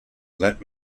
let